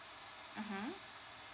mmhmm